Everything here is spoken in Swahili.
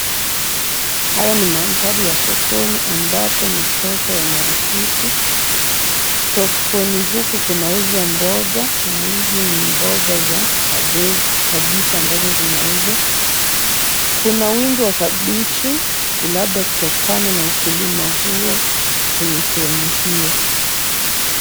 Haya ni mandhari ya sokoni ambapo ni soko ya marikiti. Sokoni huku kunauzwa mboga na hizi ni mboga za kabichi ambazo zinauzwa. Kuna wingi wa kabichi labda kutokana na ukulima huo kwenye sehemu hiyo.